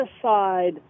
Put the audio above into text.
aside